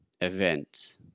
event